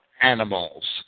animals